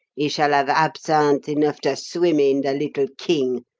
he shall have absinthe enough to swim in, the little king!